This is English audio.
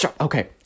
okay